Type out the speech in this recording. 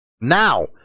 Now